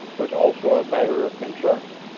was also a matter of concern.